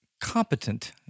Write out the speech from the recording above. competent